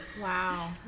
Wow